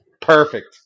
perfect